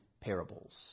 parables